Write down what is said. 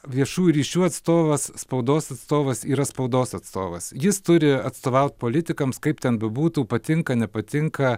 viešųjų ryšių atstovas spaudos atstovas yra spaudos atstovas jis turi atstovauti politikams kaip ten bebūtų patinka nepatinka